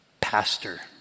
pastor